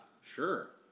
sure